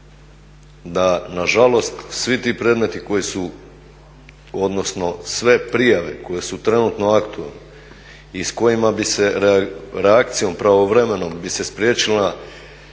Da, nažalost svi ti predmeti koji su, odnosno sve prijave koje su trenutno aktualne i s kojima bi se reakcijom pravovremenom bi se spriječila